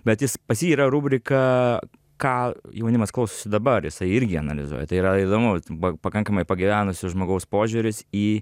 bet jis pas jį yra rubrika ką jaunimas klausosi dabar jisai irgi analizuoja tai yra įdomu pakankamai pagyvenusio žmogaus požiūris į